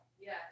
Yes